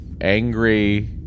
angry